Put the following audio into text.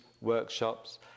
workshops